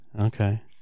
Okay